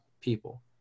people